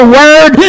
word